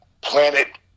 planet